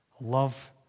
Love